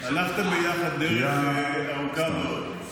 הלכתם ביחד דרך ארוכה מאוד.